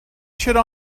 should